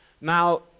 Now